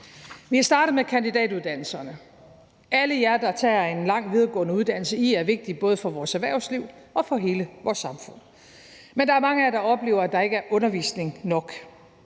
Vi er startet med kandidatuddannelserne. Alle jer, der tager en lang videregående uddannelse, er vigtige for både vores erhvervsliv og for hele vores samfund. Men der er mange af jer, der oplever, at der ikke er undervisning nok.